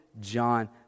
John